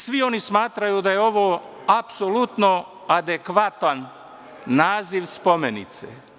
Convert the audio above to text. Svi oni smatraju da je ovo apsolutno adekvatan naziv spomenice.